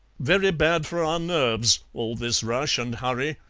very bad for our nerves, all this rush and hurry,